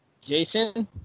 Jason